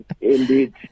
Indeed